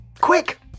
Quick